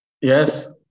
Yes